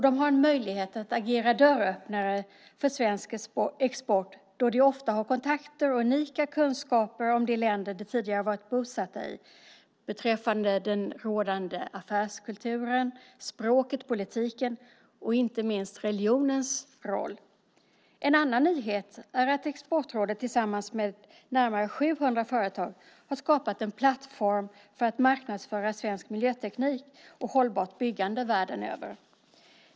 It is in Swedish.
De har möjlighet att agera dörröppnare för svensk export eftersom de ofta har kontakter och unika kunskaper om de länder de tidigare varit bosatta i beträffande den rådande affärskulturen, språket, politiken och inte minst religionens roll. En annan nyhet är att Exportrådet tillsammans med närmare 700 företag har skapat en plattform för att marknadsföra svensk miljöteknik och hållbart byggande världen över.